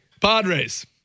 Padres